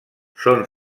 són